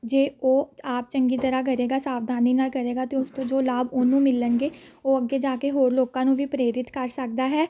ਜੇ ਉਹ ਆਪ ਚੰਗੀ ਤਰ੍ਹਾਂ ਕਰੇਗਾ ਸਾਵਧਾਨੀ ਨਾਲ ਕਰੇਗਾ ਅਤੇ ਉਸ ਤੋਂ ਜੋ ਲਾਭ ਉਹਨੂੰ ਮਿਲਣਗੇ ਉਹ ਅੱਗੇ ਜਾ ਕੇ ਹੋਰ ਲੋਕਾਂ ਨੂੰ ਵੀ ਪ੍ਰੇਰਿਤ ਕਰ ਸਕਦਾ ਹੈ